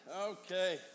Okay